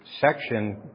section